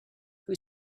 who